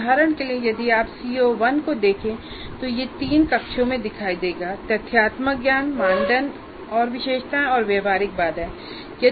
उदाहरण के लिए यदि आप CO1 को देखें तो यह तीन कक्षों में दिखाई देगा तथ्यात्मक ज्ञान मानदंड और विशिष्टताएँ और व्यावहारिक बाधाएँ